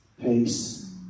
peace